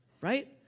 Right